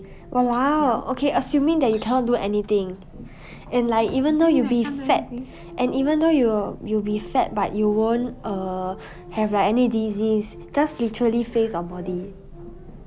!walao! okay assuming that you cannot do anything and like even though you'll be fat and even though you will you will be fat but you won't err have like any disease just literally face or body